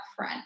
upfront